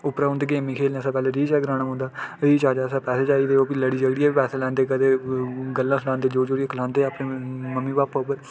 उप्परां उं'दे गेमें ई खेलने आस्तै पैह्लै रिचार्ज कराना रिचार्ज आस्तै पैहै चाहिदे ओह् बी लड़ियै पैहे लैंदे कदे गल्लां सनांदे जोरी जोरियै सनांदे अपने मम्मी पाप